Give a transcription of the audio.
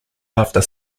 after